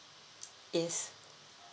yes